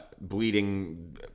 bleeding